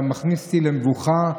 מכניס אותי למבוכה.